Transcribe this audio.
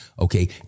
okay